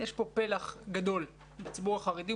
יש פה פלח גדול בציבור החרדי,